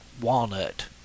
walnut